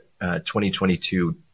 2022